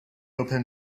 open